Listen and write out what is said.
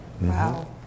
Wow